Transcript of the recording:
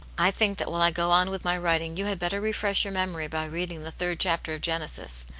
i think that while i go on with my writing, you had better refresh your memory by reading the third chapter of genesis.